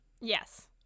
Yes